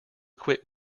quit